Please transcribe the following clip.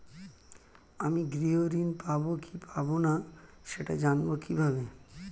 আমি গৃহ ঋণ পাবো কি পাবো না সেটা জানবো কিভাবে?